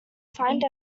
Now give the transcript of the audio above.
find